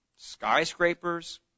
skyscrapers